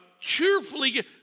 cheerfully